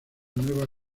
nueva